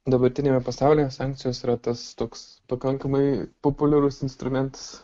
dabartiniame pasaulyje sankcijos yra tas toks pakankamai populiarus instrumentas